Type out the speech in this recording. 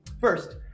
First